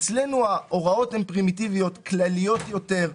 אצלנו ההוראות הן פרימיטיביות, כלליות יותר.